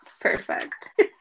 perfect